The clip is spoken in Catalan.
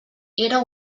era